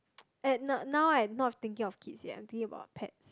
uh now I'm not thinking of kids yet I'm thinking about pets